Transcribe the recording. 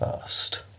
first